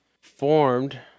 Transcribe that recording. formed